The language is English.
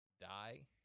die